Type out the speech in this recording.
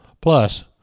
Plus